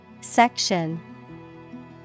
Section